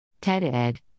TED-Ed